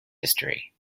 history